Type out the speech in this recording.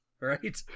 Right